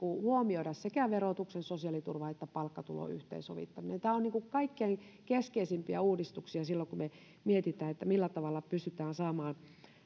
huomioida sekä verotuksen sosiaaliturvan että palkkatulon yhteensovittaminen tämä on kaikkein keskeisimpiä uudistuksia silloin kun me mietimme millä tavalla pystytään saamaan